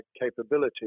capability